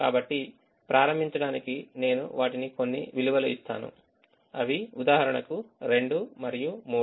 కాబట్టి ప్రారంభించడానికి నేను వాటికి కొన్ని విలువలను ఇస్తాను అవి ఉదాహరణకు 2 మరియు 3